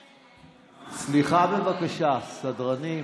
--- סליחה, בבקשה, סדרנים.